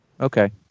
Okay